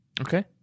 Okay